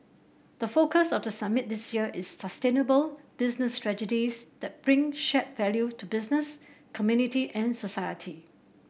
the focus of the summit this year is sustainable business strategies that bring shared value to business community and society